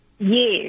Yes